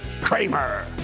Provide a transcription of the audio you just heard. Kramer